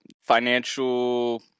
financial